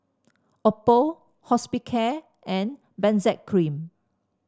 Oppo Hospicare and Benzac Cream